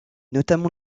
notamment